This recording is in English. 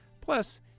Plus